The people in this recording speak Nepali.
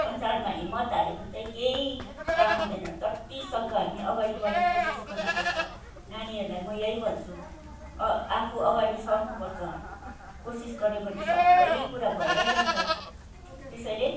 संसारमा हिम्मत हार्यो भने चाहिँ केही काम हुँदैन जति सक्दो हामी अगाडि बढ्ने कोसिस गर्नुपर्छ नानीहरूलाई म यही भन्छु अ आफू अगाडि सर्नुपर्छ कोसिस गर्यो भने सबै कुरा भएरै जान्छ